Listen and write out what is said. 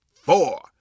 four